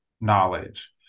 knowledge